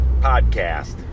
podcast